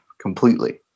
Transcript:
completely